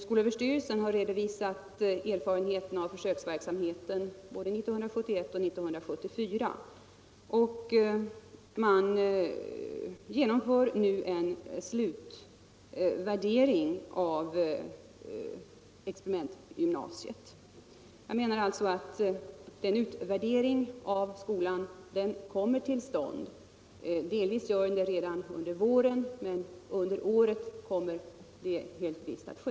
Skolöverstyrelsen har redovisat erfarenheterna av försöksverksamheten både 1971 och 1974. Nu genomförs en slutvärdering av experimentgymnasiet. Denna utvärdering av skolan kommer alltså till stånd, delvis görs den i vår, och i varje fall kommer utvärderingen att ske under detta år.